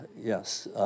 yes